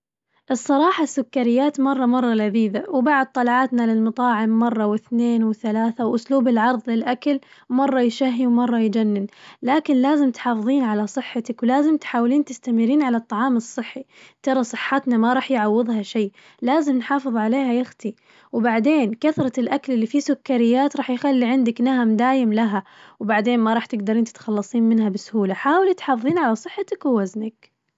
الصراحة السكريات مرة مرة لذيذة وبعد طلعاتنا للمطاعم مرة واثنين وثلاثة وأسلوب العرض للأكل مرة يشهي ومرة يجنن، لكن لازم تحافظين على صحتك ولازم تحاولين تستمرين على الطعام الصحي، ترى صحتنا ما راح يعوضها شي، لازم نحافظ عليها يختي وبعدين كثرة الأكل اللي فيه سكريات راح يخلي عندك نهم دايم لها، وبعدين ما راح تقدرين تتخلصين منها بسهولة، حاولي تحافظين على صحتك ووزنك.